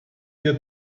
ihr